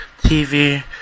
TV